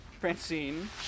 Francine